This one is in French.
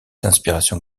d’inspiration